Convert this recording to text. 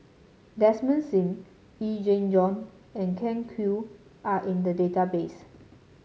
Desmond Sim Yee Jenn Jong and Ken Kwek are in the database